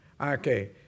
okay